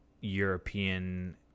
European